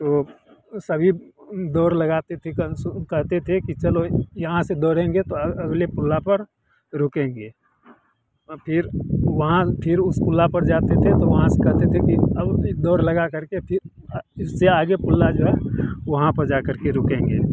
तो सभी दौड़ लगाते थे कम सु कहते थे कि चलो यहाँ से दौड़ेंगे तो अगले पुल पर रुकेंगे फिर वहाँ फिर उस पुल पर जाते थे तो वहाँ से कहते थे कि अब फिर दौड़ लगा करके इससे आगे पुल जो है वहाँ पर जा करके रुकेंगे